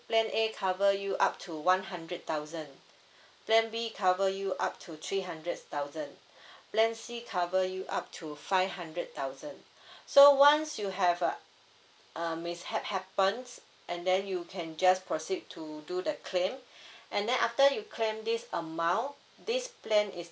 plan A cover you up to one hundred thousand plan B cover you up to three hundred thousand plan C cover you up to five hundred thousand so once you have uh mishaps happens and then you can just proceed to do the claim and then after you claim this amount this plan is